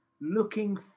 looking